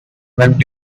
went